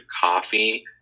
coffee